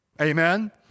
Amen